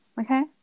okay